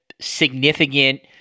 significant